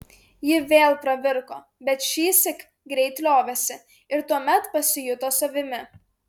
ji vėl pravirko bet šįsyk greit liovėsi ir tuomet pasijuto savimi